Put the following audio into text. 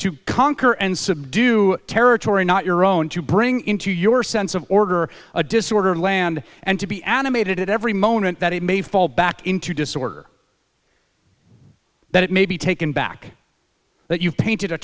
to conquer and subdue territory not your own to bring into your sense of order a disorder land and to be animated at every moment that it may fall back into disorder that it may be taken back that you painted a